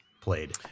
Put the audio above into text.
played